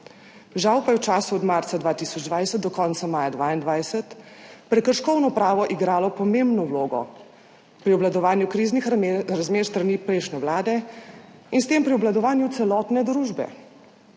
Žal pa je v času od marca 2020 do konca maja 2022 prekrškovno pravo igralo pomembno vlogo pri obvladovanju kriznih razmer s strani prejšnje vlade in s tem pri obvladovanju celotne družbe.